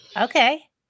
Okay